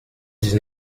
dix